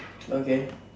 okay